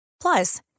Plus